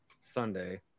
Sunday